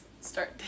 start